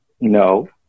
no